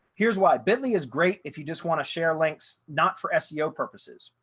here's why. bitly is great. if you just want to share links, not for seo purposes,